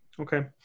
Okay